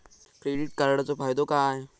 Credit कार्डाचो फायदो काय?